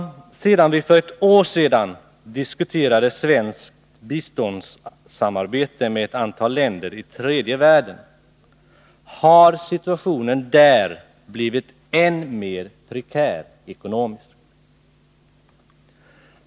Sedan vi för ett år sedan diskuterade svenskt biståndssamarbete med ett antal länder i tredje världen har situationen där blivit ekonomiskt än mer prekär.